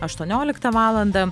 aštuonioliktą valandą